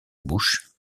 bouche